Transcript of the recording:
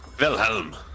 Wilhelm